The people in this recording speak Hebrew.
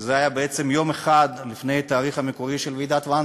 שזה היה בעצם יום אחד לפני התאריך המקורי של ועידת ואנזה.